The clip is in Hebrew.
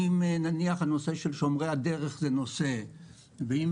אם נניח הנושא של שומרי הדרך זה נושא ואם